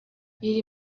iri